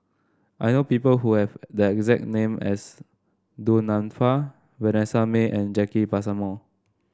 I know people who have the exact name as Du Nanfa Vanessa Mae and Jacki Passmore